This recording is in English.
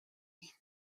enter